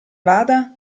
vada